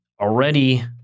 already